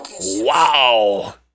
Wow